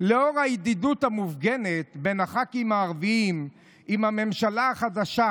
לאור הידידות המופגנת בין הח"כים הערבים לממשלה החדשה,